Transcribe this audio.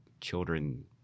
children